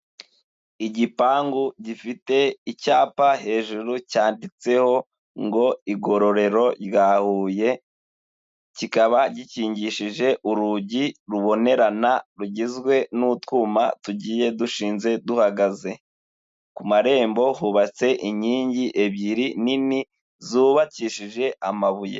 Igipangu gifite icyapa hejuru cyanditseho ngo igororero rya Huye, kikaba gikingishije urugi rubonerana rugizwe n'utwuma tugiye dushinze duhagaze, ku marembo hubatse inkingi ebyiri nini zubakishije amabuye.